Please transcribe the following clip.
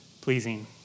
pleasing